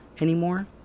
anymore